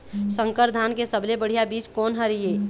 संकर धान के सबले बढ़िया बीज कोन हर ये?